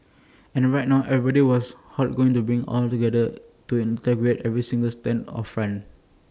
and right now everybody was to bring IT all together to integrate every single stand of friend